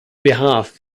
behalf